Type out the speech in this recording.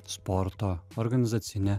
sporto organizacinė